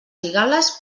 cigales